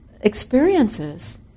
experiences